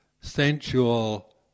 sensual